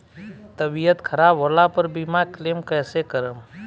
तबियत खराब होला पर बीमा क्लेम कैसे करम?